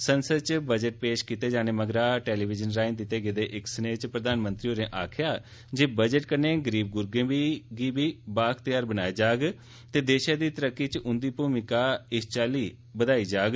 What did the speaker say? संसद च आम बजट पेश कीते जाने मगरा टैलिविजन राहें दिते गेदे इक सनेह च प्रधानमंत्री होरें आक्खेया जे बजट कन्नें गरीब गुरबें गी बी बाअख्तेयार बनाया जाग ते देशै दी तरक्की च उंदी मूमिका च इस चाल्ली बाद्दा कीता जाग